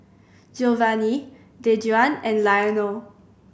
giovanny Dejuan and Lionel